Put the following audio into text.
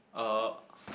uh